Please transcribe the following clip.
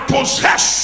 Possess